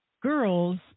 girls